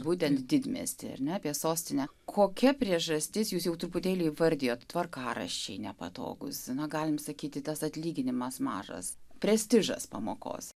būtent didmiestyje ir ne apie sostinę kokia priežastis jūs jau truputėlį įvardijote tvarkaraščiai nepatogūs sceną galime sakyti tas atlyginimas mažas prestižas pamokos